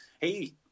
hey